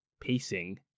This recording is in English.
pacing